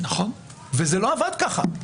וזה לא עבד ככה,